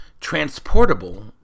transportable